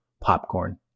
popcorn